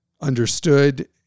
understood